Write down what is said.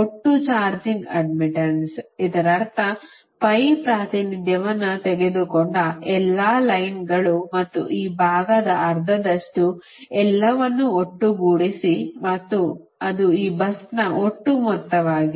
ಒಟ್ಟು charging admittance ಇದರರ್ಥ pi ಪ್ರಾತಿನಿಧ್ಯವನ್ನು ತೆಗೆದುಕೊಂಡ ಎಲ್ಲಾ ಲೈನ್ಗಳು ಮತ್ತು ಈ ಭಾಗದ ಅರ್ಧದಷ್ಟು ಎಲ್ಲವನ್ನೂ ಒಟ್ಟುಗೂಡಿಸಿ ಮತ್ತು ಅದು ಈ ಬಸ್ ನ ಒಟ್ಟು ಮೊತ್ತವಾಗಿದೆ